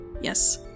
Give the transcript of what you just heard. Yes